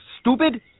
stupid